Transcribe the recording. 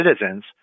citizens